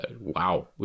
wow